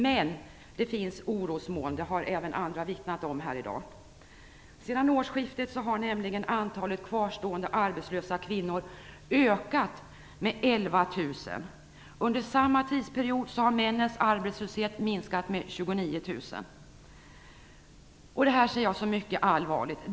Men det finns orosmoln, det har även andra vittnat om här i dag. Sedan årsskiften har nämligen antalet kvarstående arbetslösa kvinnor ökat med 11 000. Under samma tidsperiod har antalet arbetslösa män minskat med 29 000. Jag ser det här som mycket allvarligt.